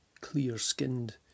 clear-skinned